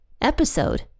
episode